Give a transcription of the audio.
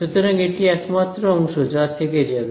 সুতরাং এটি একমাত্র অংশ যা থেকে যাবে